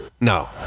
No